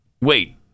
wait